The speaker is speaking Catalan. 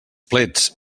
plets